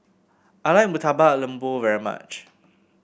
I like Murtabak Lembu very much